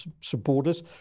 supporters